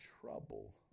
trouble